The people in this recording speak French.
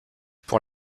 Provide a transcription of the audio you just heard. pour